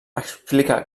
explica